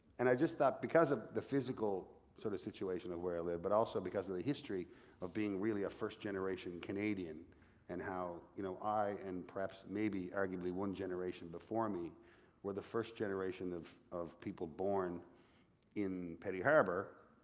and i just thought, because of the physical sort of situation of where i live, but also because of the history of being really a first-generation canadian and how you know i, and perhaps maybe arguably, one generation before me were the first generation of of people born in petty harbour,